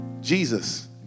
Jesus